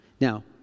Now